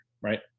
right